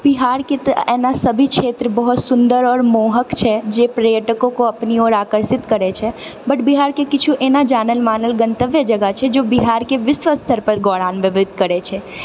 बिहारके तऽ एना सभी क्षेत्र बहुत सुन्दर आओर मोहक छै जे पर्यटको को अपनी ओर आकर्षित करैत छै बट बिहारके किछु एना जानल मानल गंतव्य जगह छै जे बिहारके विश्व स्तर पर गौरवान्वित करैत छै